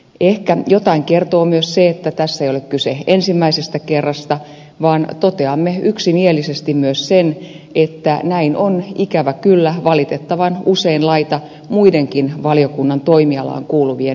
ehkä jotain kertoo myös se että tässä ei ole kyse ensimmäisestä kerrasta vaan toteamme yksimielisesti myös sen että näin on ikävä kyllä valitettavan usein laita muidenkin valiokunnan toimialaan kuuluvien direktiivien kohdalla